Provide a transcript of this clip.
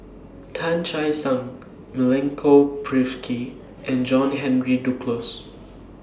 Tan Che Sang Milenko Prvacki and John Henry Duclos